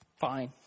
fine